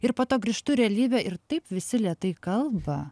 ir po to grįžtu į realybę ir taip visi lėtai kalba